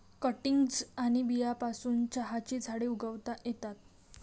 cuttings आणि बियांपासून चहाची झाडे उगवता येतात